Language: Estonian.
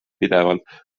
pidevalt